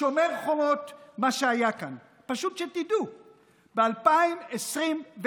מה שהיה כאן, פשוט שתדעו: ב-2021,